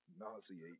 nauseate